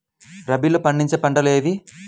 రబీలో పండించే పంటలు ఏవి?